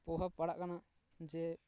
ᱯᱨᱚᱵᱷᱟᱵ ᱯᱟᱲᱟᱜ ᱠᱟᱱᱟ ᱡᱮ